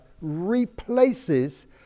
replaces